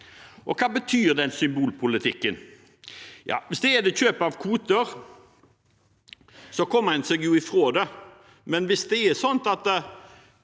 hva betyr den symbolpolitikken? Ja, hvis det er ved kjøp av kvoter, kommer en seg jo fra det, men hvis det er sånn